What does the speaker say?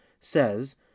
says